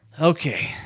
Okay